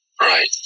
Right